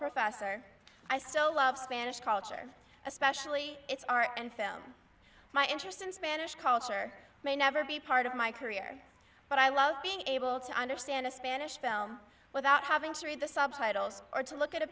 professor i so love spanish culture especially its r and film my interest in spanish culture may never be part of my career but i love being able to understand a spanish film without having to read the subtitles or to look at a